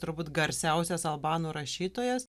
turbūt garsiausias albanų rašytojas